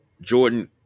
jordan